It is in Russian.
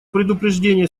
предупреждения